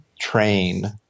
train